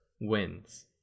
wins